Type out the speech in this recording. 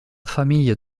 famille